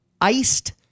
iced